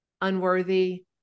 Unworthy